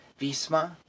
Visma